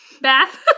bath